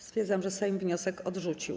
Stwierdzam, że Sejm wniosek odrzucił.